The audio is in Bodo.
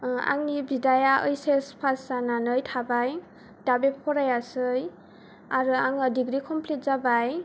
आंनि बिदाया ओइस एस पास जानानै थाबाय दा बे फरायासै आरो आङो डिग्रि कमप्लिट जाबाय